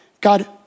God